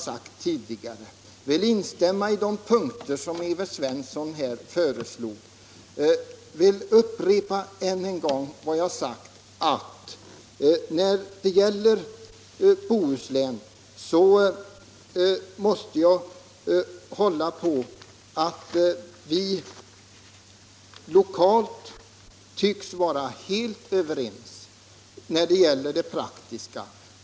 Jag vill instämma i de punkter som Evert Svensson föreslog, och jag vill än en gång upprepa vad jag sagt tidigare, nämligen att när det gäller Bohuslän måste jag hålla på att vi lokalt tycks vara helt överens om det praktiska.